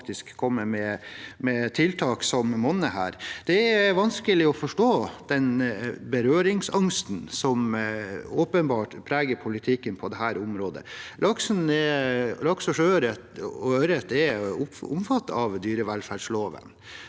til faktisk å komme med tiltak som monner her. Det er vanskelig å forstå den berøringsangsten som åpenbart preger politikken på dette området. Laks, sjøørret og ørret er omfattet av dyrevelferdsloven.